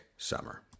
summer